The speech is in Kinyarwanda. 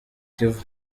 kivu